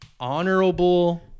Honorable